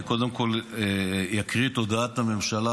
קודם כול אני אקריא את הודעת הממשלה,